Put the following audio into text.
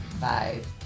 Five